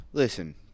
Listen